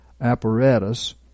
apparatus